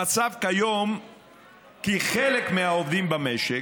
המצב כיום שחלק מהעובדים במשק,